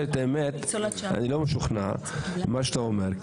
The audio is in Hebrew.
אני לא משוכנע ממה שאתה אומר,